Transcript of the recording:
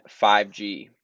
5G